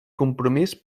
compromís